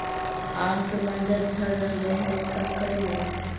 आम के मंजर झड़ रहले हे का करियै?